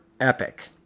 epic